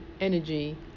energy